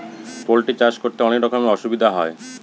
poultry চাষ করতে অনেক রকমের অসুবিধা হয়